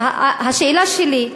השאלה שלי,